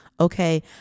okay